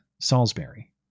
Salisbury